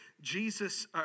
Jesus